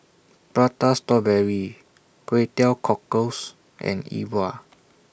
Prata Strawberry Kway Teow Cockles and E Bua